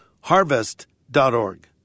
harvest.org